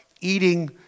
eating